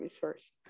first